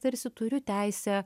tarsi turiu teisę